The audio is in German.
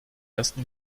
ersten